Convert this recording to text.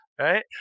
right